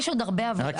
יש עוד הרבה עבודה.